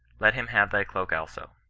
let him have thy cloak also.